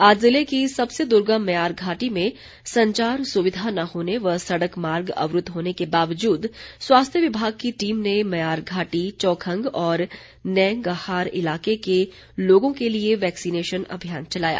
आज जिले की सबसे दुर्गम म्यार घाटी में संचार सुविधा न होने व सड़क मार्ग अवरुद्ध होने के बावजूद स्वास्थ्य विभाग की टीम ने म्यार घाटी चौखंग और नेंनगहार इलाके के लोगो के लिये वेक्सीनेशन अभियान चलाया